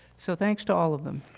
so thanks to all of them.